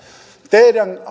teidän